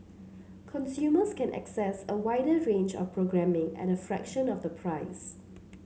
consumers can access a wider range of programming at a fraction of the price